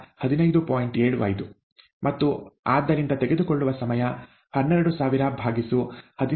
75 ಮತ್ತು ಆದ್ದರಿಂದ ತೆಗೆದುಕೊಳ್ಳುವ ಸಮಯ 1200015